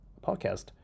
podcast